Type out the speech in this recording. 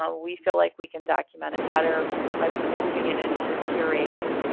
ah we feel like we can document it better by moving it into a curated